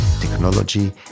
technology